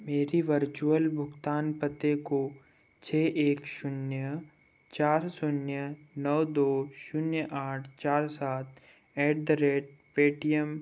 मेरी वर्चुअल भुगतान पते को छ एक शून्य चार शून्य नौ दो शून्य आठ चार सात एट द रेट पेटीएम